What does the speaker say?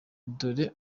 dore